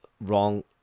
wrong